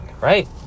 right